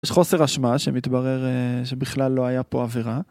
יש חוסר אשמה שמתברר שבכלל לא היה פה עבירה.